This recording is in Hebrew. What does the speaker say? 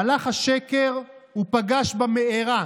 הלך השקר ופגש במארה.